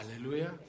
Hallelujah